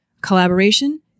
Collaboration